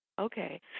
Okay